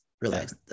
Relax